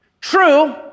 True